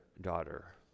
Daughter